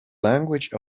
language